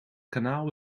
kanaal